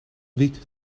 wiet